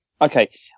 okay